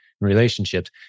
relationships